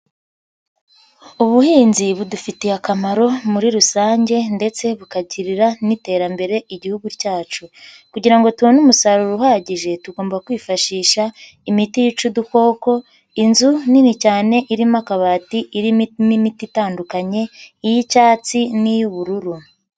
Ubuhinzi budufitiye akamaro muri rusange ndetse bukagirira n'iterambere igihugu cyacu, kugira ngo tubone umusaruro uhagije tugomba kwifashisha imiti yica udukoko. Inzu nini cyane irimo akabati irimo n'imiti itandukanye iy'icyatsi n'iy'ubururu.